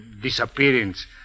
disappearance